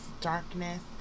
darkness